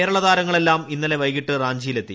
കേരള താരങ്ങളെല്ലാം ഇന്നലെ വൈകിട്ട് റാഞ്ചിയിലെത്തി